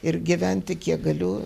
ir gyventi kiek galiu